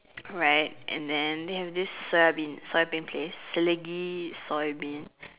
right and then they have this soya bean soya bean place Selegie soy bean